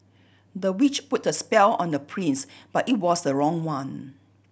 the witch put a spell on the prince but it was the wrong one